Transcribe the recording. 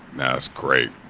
that's great.